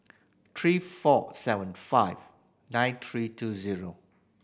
three four seven five nine three two zero